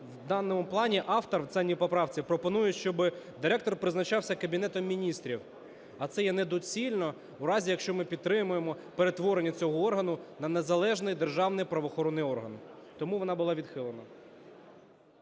в даному плані автор в останній поправці пропонує, щоб директор призначався Кабінетом Міністрів, а це є недоцільно в разі, якщо ми підтримаємо перетворення цього органу на незалежний державний правоохоронний орган. Тому вона була відхилена.